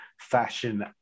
fashion